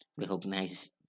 recognize